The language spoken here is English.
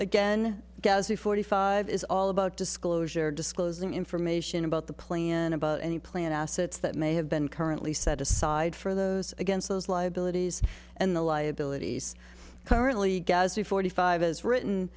again gary forty five is all about disclosure disclosing information about the plan about any plan assets that may have been currently set aside for those against those liabilities and the liabilities currently gadsby forty five as written